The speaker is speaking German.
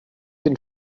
den